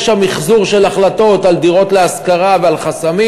יש שם מיחזור של החלטות על דירות להשכרה ועל חסמים.